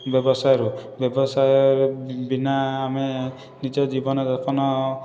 ବ୍ୟବସାୟରୁ ବ୍ୟବସାୟ ବିନା ଆମେ ନିଜ ଜୀବନଯାପନ